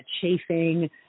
chafing